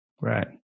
Right